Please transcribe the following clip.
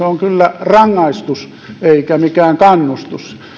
on kyllä rangaistus eikä mikään kannustus